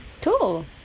Cool